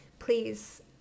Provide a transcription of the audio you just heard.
Please